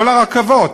כל הרכבות,